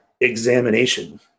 examination